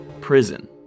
prison